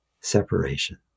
separation